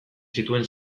zituen